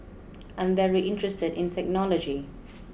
I'm very interested in technology